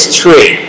tree